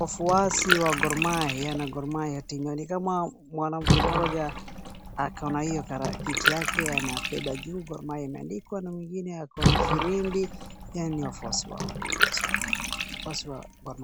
Wafuasi wa Gor Mahia na Gor Mahia timu nikama mwanamke mmoja ako na hiyo kitu yake amebeba juu ambayo imeandikwa, mwingine ako na firimbi, yaani wafuasi wake.